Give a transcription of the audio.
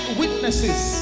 witnesses